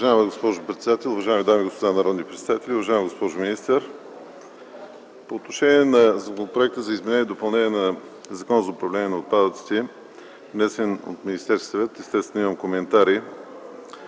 Уважаема госпожо председател, уважаеми дами и господа народни представители, уважаема госпожо министър! По отношение на Законопроекта за изменение и допълнение на Закона за управление на отпадъците, внесен от Министерския съвет, естествено имам коментари